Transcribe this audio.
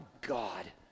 god